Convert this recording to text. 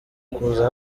kuza